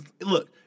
Look